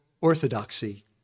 orthodoxy